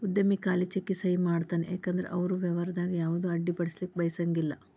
ಉದ್ಯಮಿ ಖಾಲಿ ಚೆಕ್ಗೆ ಸಹಿ ಮಾಡತಾನ ಯಾಕಂದ್ರ ಅವರು ವ್ಯವಹಾರದಾಗ ಯಾವುದ ಅಡ್ಡಿಪಡಿಸಲಿಕ್ಕೆ ಬಯಸಂಗಿಲ್ಲಾ